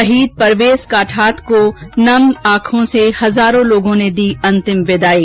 शहीद परवेज काठात को नम आंखों से हजारों लोगो ने दी अंतिम विदाई